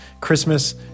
Christmas